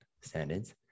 standards